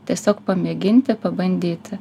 tiesiog pamėginti pabandyti